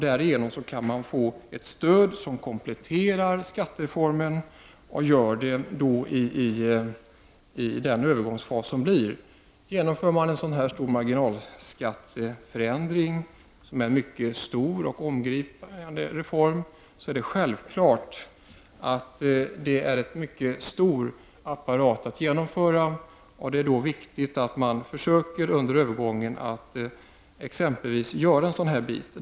Därigenom kan man få ett stöd som kompletterar skattereformen i den övergångsfas som blir aktuell. Genomför man en sådan här stor marginalskatteförändring, dvs. en mycket stor och genomgripande reform, är det självklart att det blir fråga om en väldigt stor apparat. Det är då viktigt att man under övergångstiden försöker att vidta sådana åtgärder.